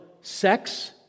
sex